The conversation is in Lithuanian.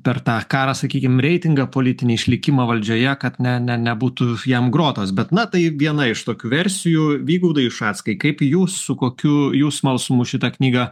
per tą karą sakykim reitingą politinį išlikimą valdžioje kad ne ne nebūtų jam grotos bet na tai viena iš tokių versijų vygaudai ušackai kaip jūs su kokiu jūs smalsumu šitą knygą